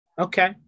Okay